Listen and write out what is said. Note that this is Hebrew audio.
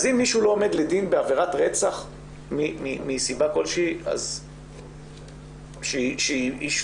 אז אם מישהו לא עומד לדין בעבירת רצח מסיבה של אי שפיות,